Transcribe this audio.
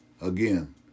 again